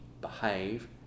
behave